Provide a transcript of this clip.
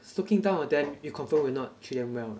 cause looking down on them you confirm will not treat them well